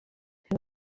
who